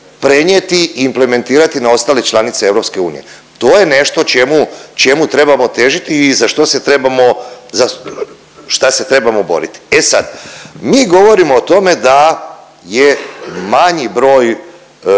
prenijeti, implementirati na ostale članice EU. To je nešto čemu, čemu trebamo težiti i za što se trebamo za… šta se trebamo boriti. E sad, mi govorimo o tome da je manji broj